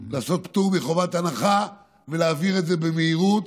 לעשות פטור מחובת הנחה ולהעביר את זה במהירות,